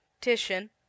titian